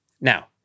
Now